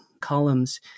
columns